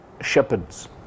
shepherds